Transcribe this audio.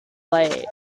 late